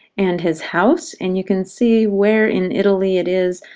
and his house. and you can see where in italy it is,